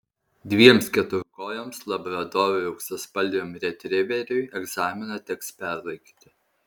dviems keturkojams labradorui ir auksaspalviam retriveriui egzaminą teks perlaikyti